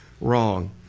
wrong